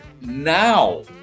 now